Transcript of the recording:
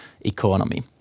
economy